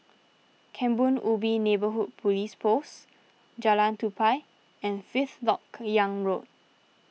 Kebun Ubi Neighbourhood Police Post Jalan Tupai and Fifth Lok Yang Road